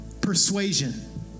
persuasion